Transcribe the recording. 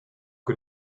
que